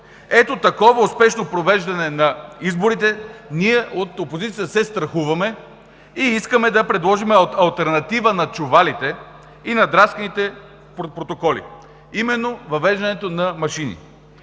от такова успешно провеждане на изборите ние от опозицията се страхуваме и искаме да предложим алтернатива на чувалите, и на драсканите протоколи, а именно въвеждането на машини.